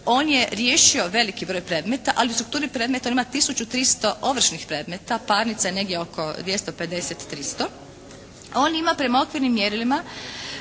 On je riješio veliki broj predmeta ali u strukturi predmeta on ima 1300 ovršnih predmeta. Parnica je negdje oko 250, 300. On ima prema okvirnim mjerilima,